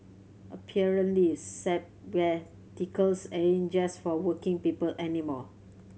apparently sabbaticals just for working people anymore